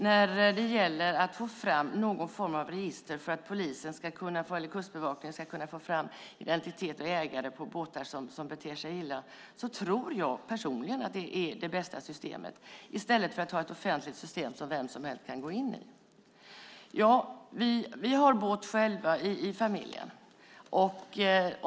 När det gäller att skapa någon form av register för att polisen och Kustbevakningen ska kunna få fram identiteten på de båtägare som beter sig illa tror jag personligen att det är det bästa systemet i stället för att ha ett offentligt system som vem som helst kan gå in i. Vi har båt i familjen.